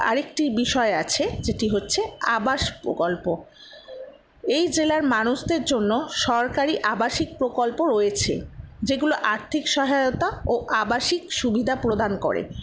আরেকটি বিষয় আছে যেটি হচ্ছে আবাস প্রকল্প এই জেলার মানুষদের জন্য সরকারি আবাসিক প্রকল্প রয়েছে যেগুলো আর্থিক সহায়তা ও আবাসিক সুবিধা প্রদান করে